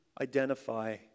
identify